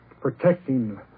protecting